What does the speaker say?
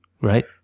right